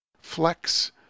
flex